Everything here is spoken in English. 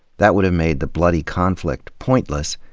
that would have made the bloody conflict pointless,